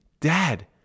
dad